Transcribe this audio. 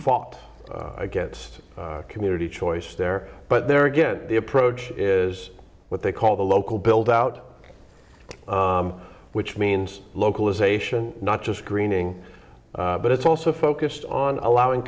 fought against community choice there but there again the approach is what they call the local build out which means localization not just greening but it's also focused on allowing